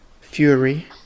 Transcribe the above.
Fury